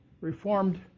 Reformed